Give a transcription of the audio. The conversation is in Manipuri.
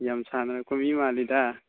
ꯌꯥꯝ ꯁꯥꯟꯅꯔꯛꯄ ꯃꯤ ꯃꯥꯜꯂꯤꯗ